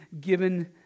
given